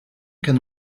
can